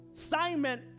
Simon